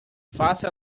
faça